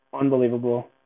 Unbelievable